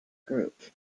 group